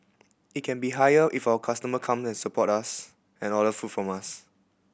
it can be higher if our customer come and support us and order food from us